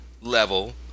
level